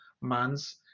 months